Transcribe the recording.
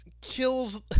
kills